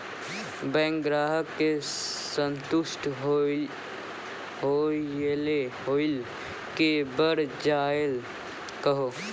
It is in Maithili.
बैंक ग्राहक के संतुष्ट होयिल के बढ़ जायल कहो?